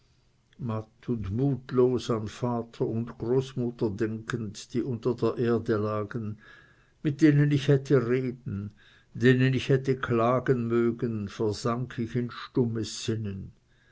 mutlos an vater und großmutter denkend die unter der erde lagen mit denen ich hätte reden denen ich hätte klagen mögen versank ich in stummes sinnen